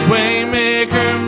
Waymaker